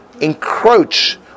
encroach